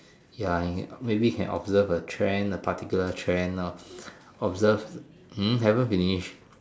ya and maybe can authorize a trend a particular trend ah observe hmm haven't finish